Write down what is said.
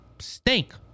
stink